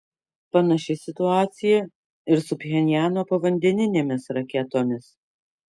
panaši situacija ir su pchenjano povandeninėmis raketomis